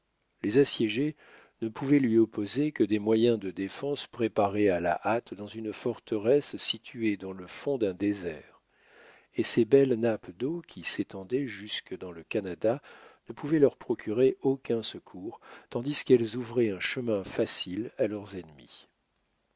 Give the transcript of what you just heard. les assiégés ne pouvaient lui opposer que des moyens de défense préparés à la hâte dans une forteresse située dans le fond d'un désert et ces belles nappes d'eau qui s'étendaient jusque dans le canada ne pouvaient leur procurer aucun secours tandis qu'elles ouvraient un chemin facile à leurs ennemis